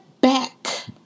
back